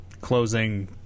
closing